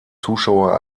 zuschauer